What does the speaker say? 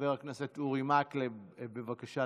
חבר הכנסת אורי מקלב, בבקשה.